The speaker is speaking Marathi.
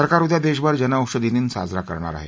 सरकार उद्या देशभर जनऔषधी दिन साजरा करणार आहे